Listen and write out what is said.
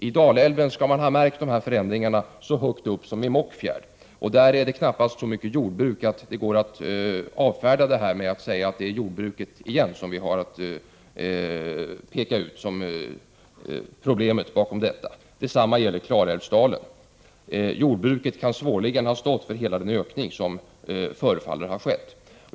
I Dalälven skall man ha märkt dessa förändringar så högt upp som i Mockfjärd. Där finns knappast så mycket jordbruk att man kan avfärda dessa iakttagelser med att åter peka ut jordbruket som orsaken till problemen. Detsamma gäller Klarälvsdalen. Jordbruket kan svårligen stå för hela den ökning som förefaller ha skett.